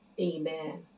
Amen